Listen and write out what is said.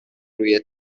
روی